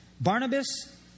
Barnabas